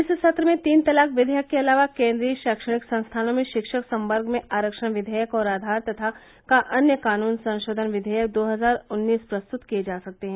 इस सत्र में तीन तलाक विधेयक के अलावा केन्द्रीय शैक्षणिक संस्थानों में शिक्षक संवर्ग में आरक्षण विधेयक और आधार तथा अन्य कानून संशोधन विवेयक दो हजार उन्नीस प्रस्तुत किए जा सकते हैं